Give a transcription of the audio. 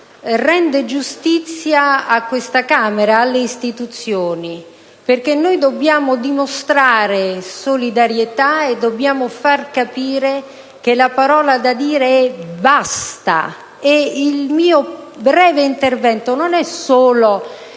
rende giustizia a questa Camera e alle istituzioni. Noi dobbiamo dimostrare solidarietà e far capire che la parola da dire è: basta. Il mio breve intervento non è solo